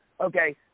okay